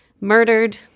murdered